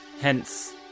Hence